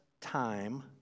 Time